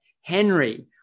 Henry